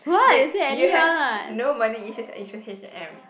wait you have no money issues and you choose H and M